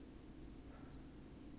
did she stay in hall last time